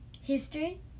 history